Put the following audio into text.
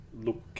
look